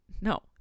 no